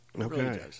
Okay